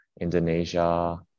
Indonesia